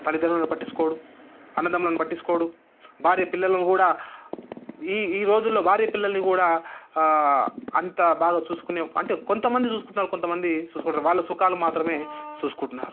తల్లిదండ్రులను పట్టించుకోడు అన్నదమ్ములను పట్టించుకోడు భార్య పిల్లల్ని కూడా ఈ ఈ రోజుల్లో భార్య పిల్లల్ని కూడా అంత బాగా చూసుకునే అంటే కొంతమంది చూసుకుంటున్నారు కొంతమంది చూసుకోవడం లేదు వాళ్ళ సుఖాలు మాత్రమే చూసుకుంటున్నారు